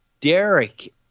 Derek